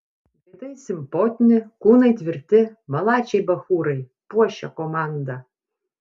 veidai simpotni kūnai tvirti malačiai bachūrai puošia komandą